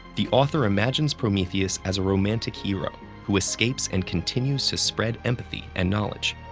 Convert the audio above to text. the author imagines prometheus as a romantic hero who escapes and continues to spread empathy and knowledge.